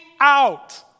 out